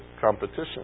competition